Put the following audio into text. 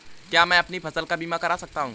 क्या मैं अपनी फसल का बीमा कर सकता हूँ?